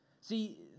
See